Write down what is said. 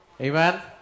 Amen